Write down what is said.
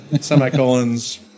semicolons